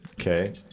Okay